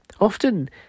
often